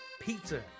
pizza